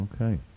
Okay